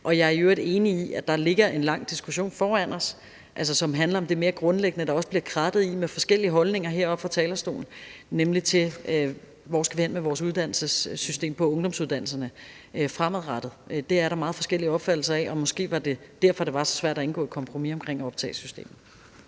Og jeg er i øvrigt enig i, at der ligger en lang diskussion foran os, som altså handler om det mere grundlæggende, der også bliver krattet i heroppe fra talerstolen, nemlig de forskellige holdninger til, hvor vi fremadrettet skal hen med vores uddannelsessystem, når det gælder ungdomsuddannelserne. Det er der meget forskellige opfattelser af, og måske var det derfor, det var så svært at indgå et kompromis om optagesystemet.